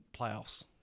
playoffs